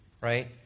right